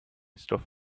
stuff